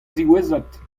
ziwezhat